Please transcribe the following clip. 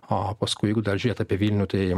o paskui dar žiūrėt apie vilnių tai